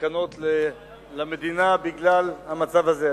והסכנות למדינה בגלל המצב הזה.